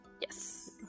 Yes